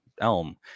Elm